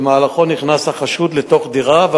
במהלכו נכנס החשוד לתוך דירה.